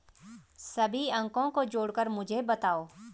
सभी अंकों को जोड़कर मुझे बताओ